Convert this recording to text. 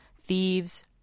thieves